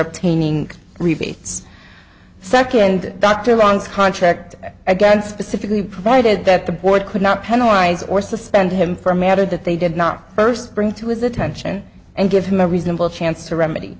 obtaining repeats second doctor wrongs contract again specifically provided that the board could not penalize or suspend him for a matter that they did not first bring to his attention and give him a reasonable chance to remedy